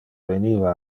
veniva